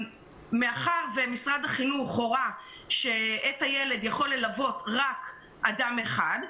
מאחר ומשרד החינוך אמר שאת הילד יכול ללוות רק אדם אחד,